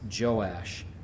Joash